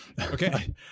Okay